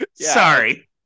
Sorry